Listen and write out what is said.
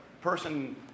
person